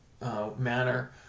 manner